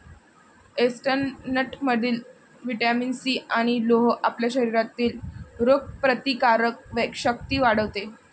चेस्टनटमधील vitamin C आणि लोह आपल्या शरीरातील रोगप्रतिकारक शक्ती वाढवते